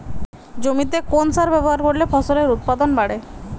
জমিতে কোন সার ব্যবহার করলে ফসলের উৎপাদন বাড়ে?